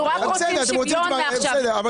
אנחנו רק רוצים שוויון מעכשיו.